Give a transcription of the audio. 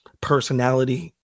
personality